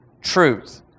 truth